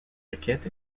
requête